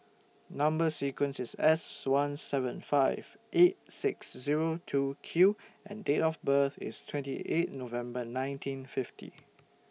Number sequence IS S one seven five eight six Zero two Q and Date of birth IS twenty eight November nineteen fifty